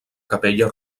capella